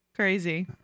crazy